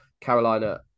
Carolina